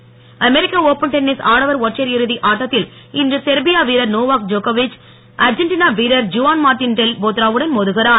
tennis அமெரிக்க open tennis ஆடவர் ஒற்றையர் இறுதி ஆட்டத்தில் இன்று செர்பியா வீரர் நோவாக் ஜோகோவிச் அர்ஜென்டினா வீரர் ஜுவான் மார்டின் டெல் போத்ரோ வுடன் மோதுகிறார்